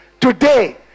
today